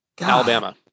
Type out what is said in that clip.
Alabama